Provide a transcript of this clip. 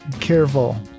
careful